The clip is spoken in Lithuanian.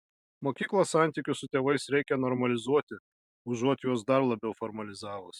mokyklos santykius su tėvais reikia normalizuoti užuot juos dar labiau formalizavus